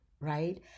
Right